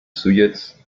sujets